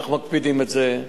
אנחנו מקפידים על זה.